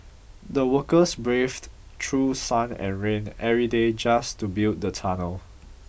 the workers braved through sun and rain every day just to build the tunnel